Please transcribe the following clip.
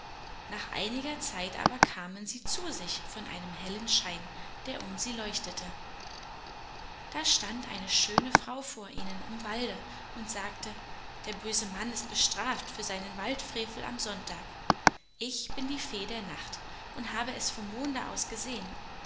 nach einiger zeit aber kamen sie zu sich von einem hellen schein der um sie leuchtete da stand eine schöne frau vor ihnen im walde und sagte der böse mann ist bestraft für seinen waldfrevel am sonntag ich bin die fee der nacht und habe es vom monde aus gesehen